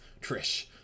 Trish